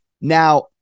Now